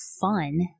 fun